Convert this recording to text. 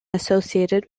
associated